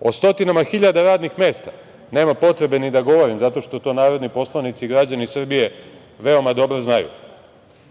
o stotinama hiljada radnih mesta nema potrebe ni da govorim zato što to narodni poslanici i građani Srbije veoma dobro znaju.